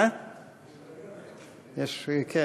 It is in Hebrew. יש היום בלגן.